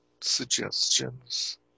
suggestions